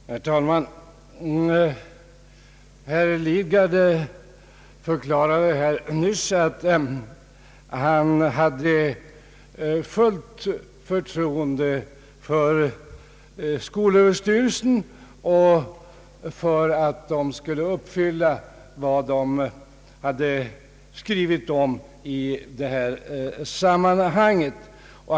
Herr talman! Herr Lidgard förklarade nyss att han hade fullt förtroende för skolöverstyrelsen och litade på att den skulle uppfylla vad den har lovat i detta sammanhang.